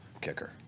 kicker